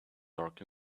dark